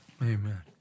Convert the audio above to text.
Amen